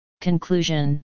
Conclusion